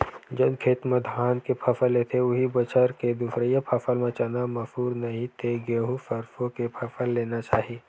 जउन खेत म धान के फसल लेथे, उहीं बछर के दूसरइया फसल म चना, मसूर, नहि ते गहूँ, सरसो के फसल लेना चाही